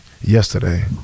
yesterday